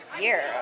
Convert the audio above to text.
year